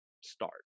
start